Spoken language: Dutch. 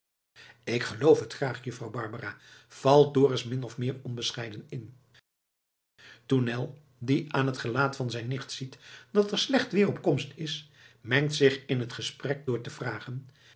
k geloof het graag juffrouw barbara valt dorus min of meer onbescheiden in tournel die aan het gelaat van zijn nicht ziet dat er slecht weer op komst is mengt zich in het gesprek door te vragen